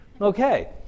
Okay